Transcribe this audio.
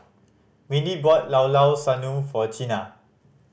Mindi bought Llao Llao Sanum for Chynna